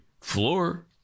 floor